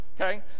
Okay